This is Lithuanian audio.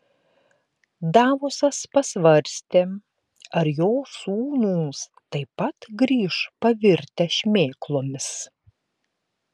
davosas pasvarstė ar jo sūnūs taip pat grįš pavirtę šmėklomis